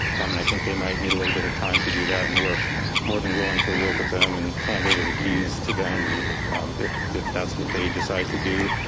um and i think they might need a little bit of time to do that. and we're more than willing to work with them and hand over the keys to them. and if that's what they decide to do.